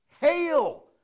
Hail